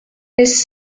his